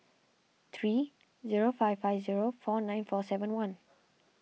three zero five five zero four nine four seven one